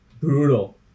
Brutal